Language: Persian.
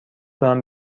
دارم